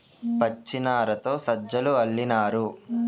పచ్చినారతో సజ్జలు అల్లినారు